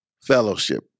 fellowship